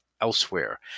elsewhere